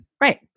Right